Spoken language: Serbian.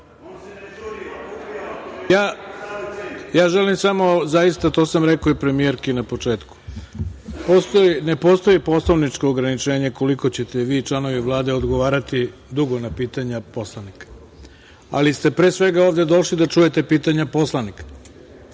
Ja želim zaista, a to sam rekao i premijerki na početku. Ne postoji poslaničko ograničenje koliko ćete vi članovi Vlade odgovarati dugo na pitanja poslanika, ali ste pre svega ovde došli da čujete pitanja poslanika